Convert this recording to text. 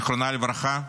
זיכרונה לברכה,